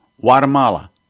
Guatemala